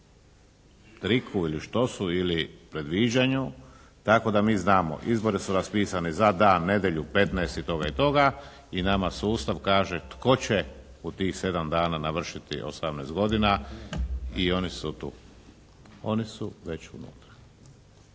triku ili štosu ili predviđanju tako da mi znamo izboru su raspisani za dan nedjelju 15. toga i toga i nama sustav kaže tko će u tih 7 dana navršiti 18 godina i oni su tu, oni su već unutra.